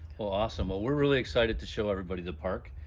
well awesome. well we're really excited to show everybody the park,